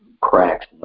cracks